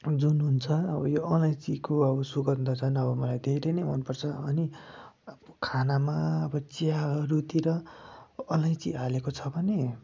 जुन हुन्छ अब यो अलैँचीको अब सुगन्ध झन् अब मलाई धेरै नै मन पर्छ अनि खानामा अब चियाहरूतिर अलैँची हालेको छ भने